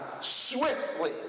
swiftly